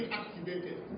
activated